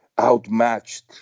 outmatched